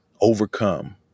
overcome